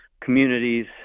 communities